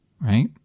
right